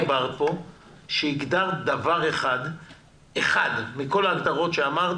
כשדיברת פה לא שמעתי שהגדרת דבר אחד מכל ההגדרות שאמרת: